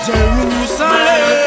Jerusalem